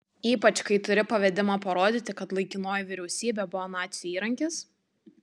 ypač kai turi pavedimą parodyti kad laikinoji vyriausybė buvo nacių įrankis